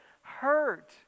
hurt